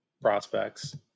prospects